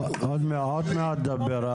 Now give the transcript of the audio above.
עוד מעט תדבר,